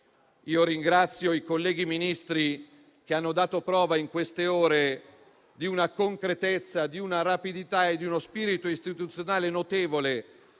Ringrazio i colleghi Ministri che hanno dato prova in queste ore di una concretezza, di una rapidità e di uno spirito istituzionale notevoli,